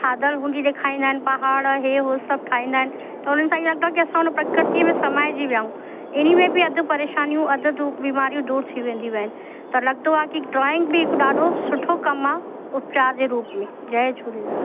थाधल हूंदी ॾेखारींदा आहिनि पहाड़ इहे उहो सभु ठाहींदा आहिनि त उन्हनि सां हीअं लॻंदो आहे की असां हुन प्रकृतीअ में समायजी विया आहियूं इन में बि अधु परेशानियूं अधु दूप बीमारियूं दूरि थी वेंदियूं आहिनि त लॻंदो आहे की ड्रॉइंग बि हिकु ॾाढो सुठो कमु आहे उपचार जे रूप में जय झूलेलाल